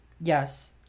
yes